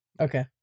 Okay